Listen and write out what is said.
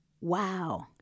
wow